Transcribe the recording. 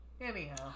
Anyhow